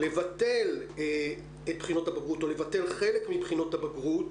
לבטל את בחינות הבגרות או לבטל חלק מבחינות הבגרות,